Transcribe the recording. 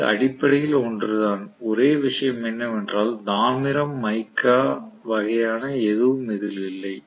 இது அடிப்படையில் ஒன்றுதான் ஒரே விஷயம் என்னவென்றால் தாமிரம் மைக்கா வகையான எதுவும் இதில் இல்லை